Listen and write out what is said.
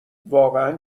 واقعن